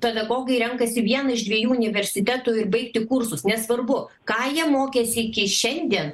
pedagogai renkasi vieną iš dviejų universitetų ir baigti kursus nesvarbu ką jie mokėsi iki šiandien